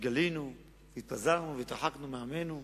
שגלינו והתפזרנו והתרחקנו מעמנו,